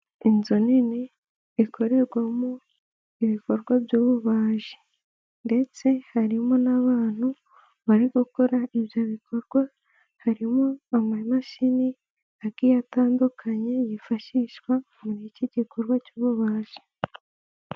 Inzu nini ikorerwamo ibikorwa by'ububaji ndetse harimo n'abantu bari gukora ibyo bikorwa, harimo amamashini agiye atandukanye, yifashishwa muri iki gikorwa cy'ububaji.